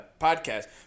podcast